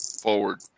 forward